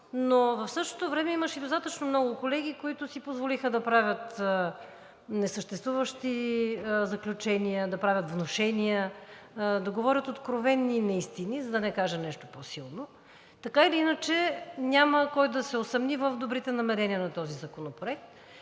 Но в същото време имаше и достатъчно много колеги, които си позволиха да правят несъществуващи заключения, да правят внушения, да говорят откровени неистини, за да не кажа нещо по-силно. Така или иначе, няма кой да се усъмни в добрите намерения на този законопроект.